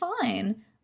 fine